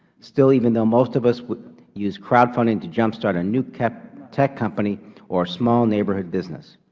still even though most of us would use crowdfunding to jumpstart a new tech tech company or small neighborhood business,